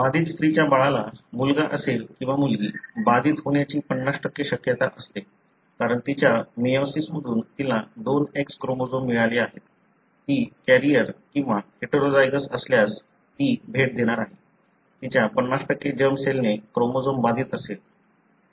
बाधित स्त्रीच्या बाळाला मुलगा असेल किंवा मुलगी बाधित होण्याची 50 शक्यता असते कारण तिच्या मेयोसिस मधून तिला दोन X क्रोमोझोम मिळाले आहेत ती कॅरियर किंवा हेटेरोझायगस असल्यास ती भेट देणार आहे तिच्या 50 जर्म सेलने क्रोमोझोम बाधित असेल